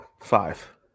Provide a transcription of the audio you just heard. Five